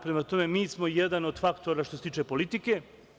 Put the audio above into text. Prema tome, mi smo jedan od faktora što se tiče politike.